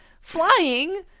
flying